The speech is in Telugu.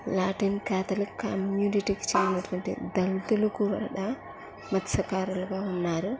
లాటిన్ క్యాథలిక్ కమ్యూనిటీకి చందినటువంటి దళితులు కూడా మత్సకారులుగా ఉన్నారు